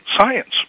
science